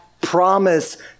promise